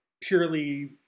purely